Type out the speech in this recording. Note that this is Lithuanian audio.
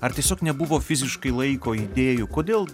ar tiesiog nebuvo fiziškai laiko idėjų kodėl